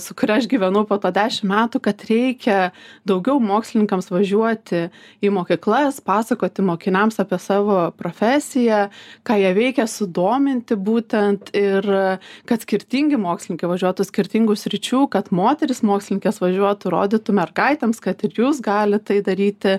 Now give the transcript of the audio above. su kuria aš gyvenau po to dešim metų kad reikia daugiau mokslininkams važiuoti į mokyklas pasakoti mokiniams apie savo profesiją ką jie veikia sudominti būtent ir kad skirtingi mokslininkai važiuotų skirtingų sričių kad moterys mokslininkės važiuotų rodytume mergaitėms kad ir jūs galit tai daryti